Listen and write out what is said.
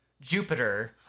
Jupiter